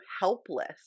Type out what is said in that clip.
helpless